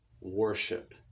worship